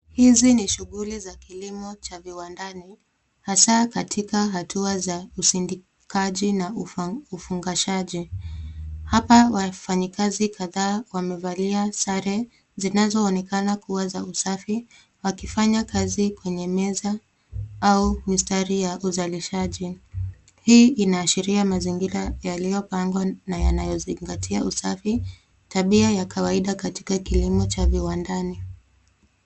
Hizi ni shughuli za kilimo cha viwandani hasa katika hatua za usindikaji na ufa- ufungashaji. Hapa, wafanyikazi kadhaa wamevalia sare zinazoonekana kuwa za usafi wakifanya kazi kwenye meza au mistari ya uzalishaji. Hii inaashiria mazingira yaliyopangwa na yanayozingatia usafi, tabia ya kawaida katika kilimo cha viwandani.